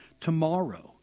tomorrow